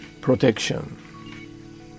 protection